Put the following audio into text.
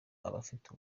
abafite